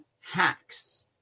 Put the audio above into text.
hacks